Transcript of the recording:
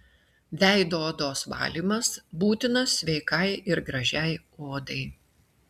veido odos valymas būtinas sveikai ir gražiai odai